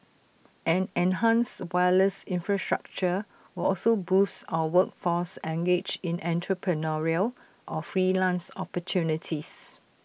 an enhanced wireless infrastructure will also boost our workforce engaged in entrepreneurial or freelance opportunities